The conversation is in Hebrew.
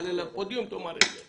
תעלה לפודיום, תאמר את זה.